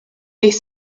les